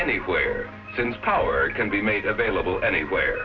anywhere since power can be made available anywhere